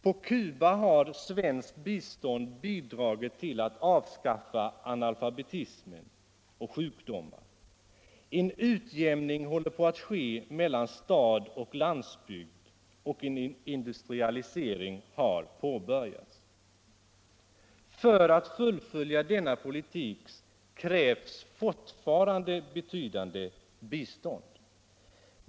På Cuba har svenskt bistånd bidragit till att avskaffa analfabetismen och sjukdomar. En utjämning håller på att ske mellan stad och landsbygd, och en industrialisering har påbörjats. För att fullfölja denna politik krävs betydande bistånd.